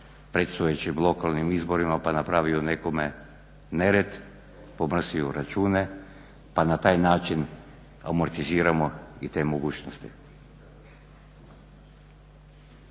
predstojećim lokalnim izborima pa napravio nekome nered, pomrsio račune pa na taj način amortiziramo i te mogućnosti.